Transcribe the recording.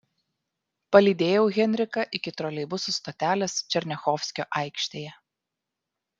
palydėjau henriką iki troleibusų stotelės černiachovskio aikštėje